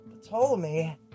Ptolemy